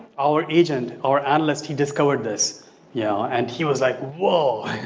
our agent, our analyst he discovered this yeah and he was like, whoa!